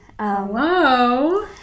Hello